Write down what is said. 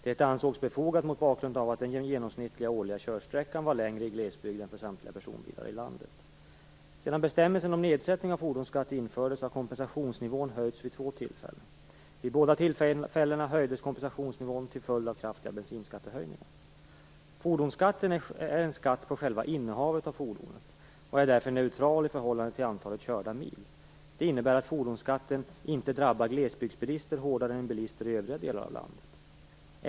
Detta ansågs befogat mot bakgrund av att den genomsnittliga årliga körsträckan var längre i glesbygd än för samtliga personbilar i landet. Sedan bestämmelsen om nedsättning av fordonsskatt infördes har kompensationsnivån höjts vid två tillfällen. Vid båda tillfällena höjdes kompensationsnivån till följd av kraftiga bensinskattehöjningar. Fordonsskatten är en skatt på själva innehavet av fordonet och är därför neutral i förhållande till antalet körda mil. Det innebär att fordonsskatten inte drabbar glesbygdsbilister hårdare än bilister i övriga delar av landet.